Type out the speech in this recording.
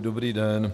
Dobrý den.